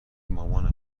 مامان